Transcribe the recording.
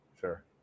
sure